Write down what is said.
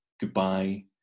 goodbye